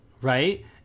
Right